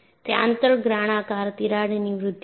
તે આંતરગ્રાણાકાર તિરાડની વૃદ્ધિ છે